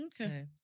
Okay